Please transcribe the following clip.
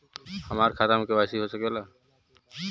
हमार खाता में के.वाइ.सी हो सकेला?